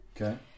okay